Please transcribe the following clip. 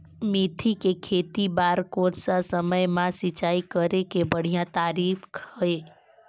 मेथी के खेती बार कोन सा समय मां सिंचाई करे के बढ़िया तारीक हे?